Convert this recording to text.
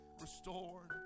restored